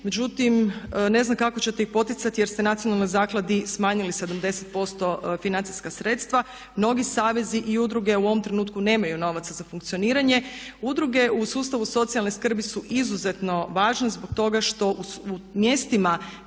Međutim, ne znam kako ćete ih poticati jer ste Nacionalnoj zakladi smanjili 70% financijska sredstva. Mnogi savezi i udruge u ovom trenutku nemaju novaca za funkcioniranje. Udruge u sustavu socijalne skrbi su izuzetno važne zbog toga što u mjestima